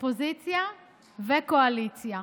אופוזיציה וקואליציה,